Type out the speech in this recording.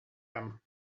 him